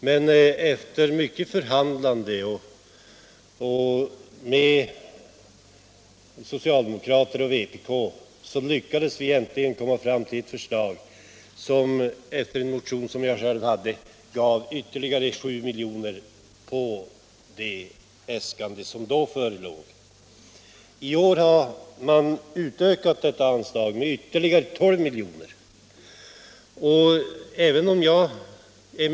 Men efter mycket förhandlande med socialdemokrater och vpk lyckades vi äntligen komma fram till ett förslag, i enlighet med en motion som jag själv hade väckt, innebärande ytterligare 7 milj.kr. utöver det äskande som då förelåg. I år har utskottet föreslagit detta anslag höjt med ytterligare 12 milj.kr.